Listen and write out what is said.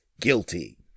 guilty